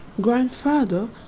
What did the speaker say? Grandfather